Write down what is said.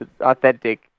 authentic